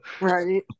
Right